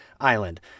island